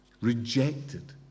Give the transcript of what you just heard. rejected